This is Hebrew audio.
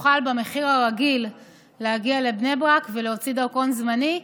יוכל במחיר הרגיל להגיע לבני ברק ולהוציא דרכון זמני.